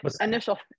initial